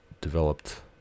developed